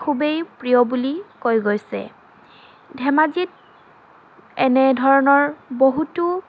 খুবেই প্ৰিয় বুলি কৈ গৈছে ধেমাজিত এনেধৰণৰ বহুতো